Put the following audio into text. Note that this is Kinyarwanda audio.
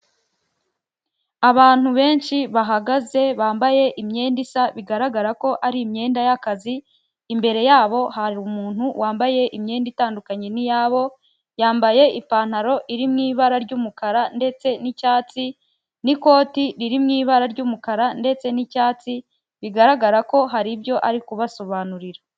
Abantu benshi bahagaze bambaye imyenda isa bigaragara ko ari imyenda y'akazi, imbere yabo hari umuntu wambaye imyenda itandukanye n'iyabo, yambaye ipantaro iri mu ibara ry'umukara ndetse n'icyatsi, n'ikoti riri mu ibara ry'umukara ndetse n'icyatsi bigaragara ko hari ibyo ari kubasobanurira.